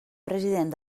president